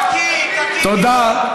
תודה.